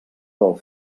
del